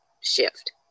shift